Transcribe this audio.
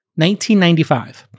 1995